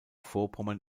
vorpommern